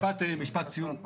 משפט סיום.